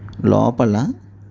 లోపల